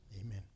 Amen